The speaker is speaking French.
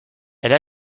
elle